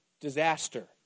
Disaster